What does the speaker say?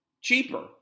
cheaper